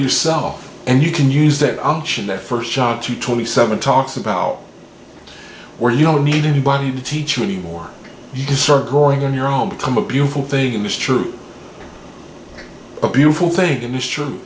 yourself and you can use that unction that first shot to twenty seven talks about where you don't need anybody to teach you anymore you deserve growing in your own become a beautiful thing was true a beautiful thing in its true